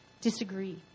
disagree